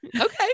okay